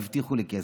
הבטיחו לי כסף,